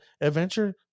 adventure